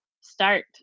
start